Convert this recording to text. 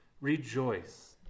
Rejoice